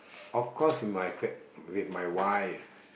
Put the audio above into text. of course my fa~ with my wife